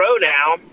now